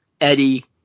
Eddie